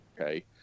Okay